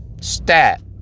stat